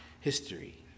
history